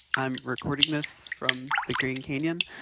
i'm recording this from the grand canyon